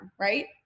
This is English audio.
right